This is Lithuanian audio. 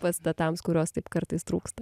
pastatams kurios taip kartais trūksta